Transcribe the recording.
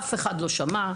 אף אחד לא שמע.